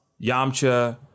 Yamcha